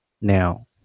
Now